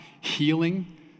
healing